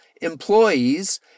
employees